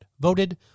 voted